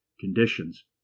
conditions